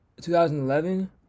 2011